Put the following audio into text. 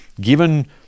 given